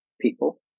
people